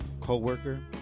co-worker